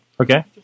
Okay